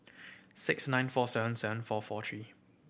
six nine four seven seven four four three